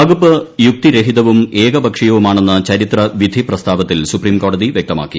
വകുപ്പ് യുക്തിരഹിതവും ഏകപക്ഷിയവുമാണെന്ന് ചരിത്ര വിധി പ്രസ്താവത്തിൽ സുപ്രീം കോടതി വൃക്തമാക്കി